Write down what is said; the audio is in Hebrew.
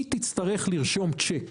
היא תצטרך לרשום צ'ק